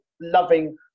loving